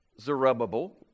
Zerubbabel